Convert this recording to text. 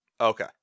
Okay